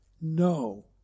no